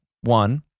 one